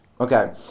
Okay